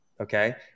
Okay